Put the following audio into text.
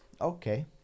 Okay